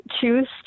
choose